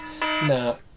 no